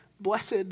blessed